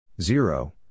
Zero